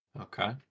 Okay